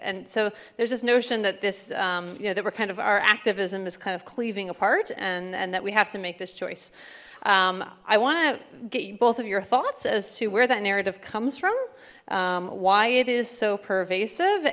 and so there's this notion that this you know that were kind of our activism is kind of cleaving apart and and that we have to make this choice i want to get you both of your thoughts as to where that narrative comes from why it is so pervasive